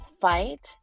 fight